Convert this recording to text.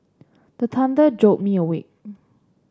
the thunder jolt me awake